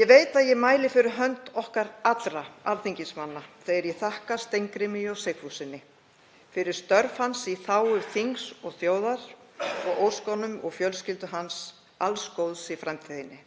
Ég veit að ég mæli fyrir hönd okkar allra alþingismanna þegar ég þakka Steingrími J. Sigfússyni fyrir störf hans í þágu þings og þjóðar og óska honum og fjölskyldu hans alls góðs í framtíðinni.